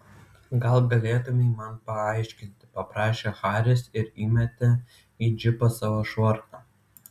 gal galėtumei man paaiškinti paprašė haris ir įmetė į džipą savo švarką